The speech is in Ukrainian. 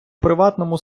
приватному